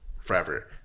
forever